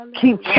Keep